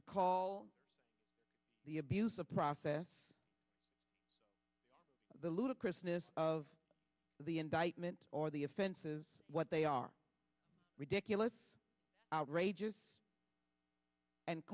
to call the abuse of process the ludicrous this of the indictment or the offense is what they are ridiculous outrageous and